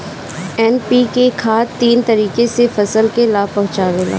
NPK खाद तीन तरीके से फसल के लाभ पहुंचावेला